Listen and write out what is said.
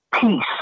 peace